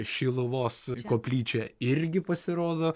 šiluvos koplyčia irgi pasirodo